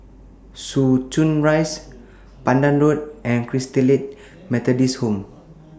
Soo Chow Rise Pandan Road and Christalite Methodist Home